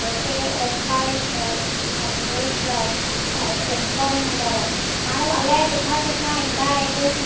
जैसे की ओंकारेश्वर करघेश्वर ऐं इस्कोन मंदरु आहे माण्हू अलाए किथां किथां ईंदा आहिनि